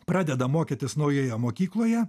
pradeda mokytis naujoje mokykloje